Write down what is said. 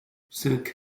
cinq